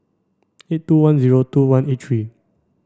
eight two one zero two one eight three